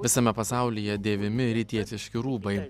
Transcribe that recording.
visame pasaulyje dėvimi rytietiški rūbai